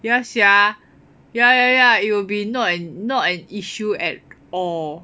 ya sia ya ya it'll be not not an issue at all